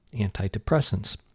antidepressants